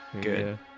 Good